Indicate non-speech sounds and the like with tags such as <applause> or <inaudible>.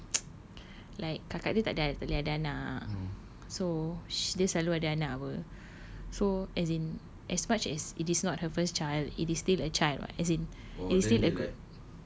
meaning like <noise> like kakak dia takde tak boleh ada anak so dia selalu ada anak apa so as in as much as it is not her first child it is still a child what as in it's still a good